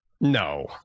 No